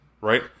Right